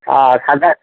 ହଁ ସାଧା